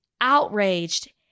outraged